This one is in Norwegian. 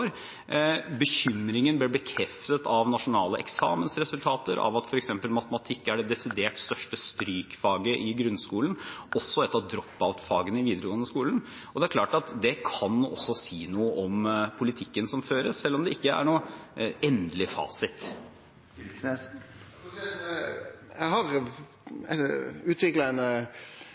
Bekymringen ble bekreftet av nasjonale eksamensresultater, av at matematikk er det desidert største strykfaget i grunnskolen og også et av «drop-out»-fagene i videregående skole. Det er klart at dette kan også si noe om politikken som føres, selv om det ikke er noen endelig fasit. Eg har utvikla